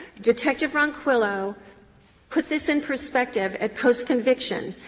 detective ronquillo put this in perspective at post-conviction.